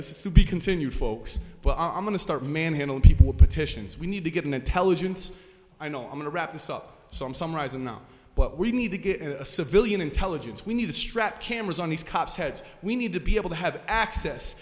this is to be continued folks but i'm going to start manhandle people petitions we need to get an intelligence i know i'm going to wrap this up some summarizing now but we need to get a civilian intelligence we need to strap cameras on these cops heads we need to be able to have access